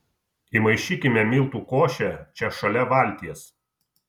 įmaišykime miltų košę čia šalia valties